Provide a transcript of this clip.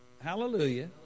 Hallelujah